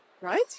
Right